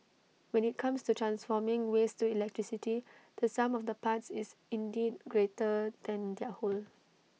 when IT comes to transforming waste to electricity the sum of the parts is indeed greater than their whole